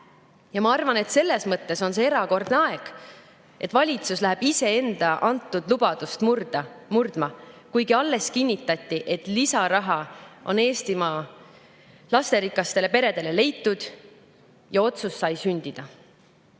Ma arvan, et selles mõttes on see erakordne aeg, et valitsus läheb iseenda antud lubadust murdma, kuigi alles kinnitati, et lisaraha on Eestimaa lasterikastele peredele leitud, ja otsus sai sündida.